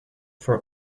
for